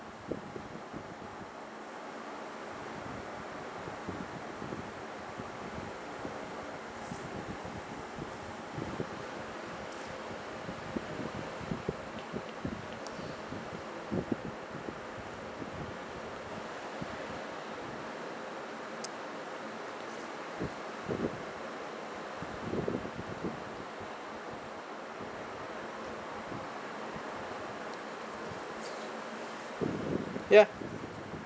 ya